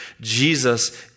Jesus